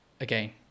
again